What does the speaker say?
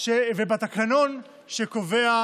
ובתקנון שקובע